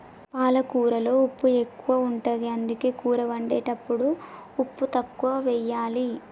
పాలకూరలో ఉప్పు ఎక్కువ ఉంటది, అందుకే కూర వండేటప్పుడు ఉప్పు తక్కువెయ్యాలి